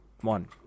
one